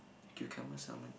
cucumber salmon